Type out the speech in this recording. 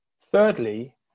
Thirdly